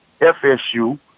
FSU